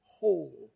whole